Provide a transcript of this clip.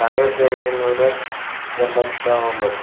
ಸಾವಿರದ ಏಳುನೂರ ಎಂಬತ್ತ ಒಂಬತ್ತು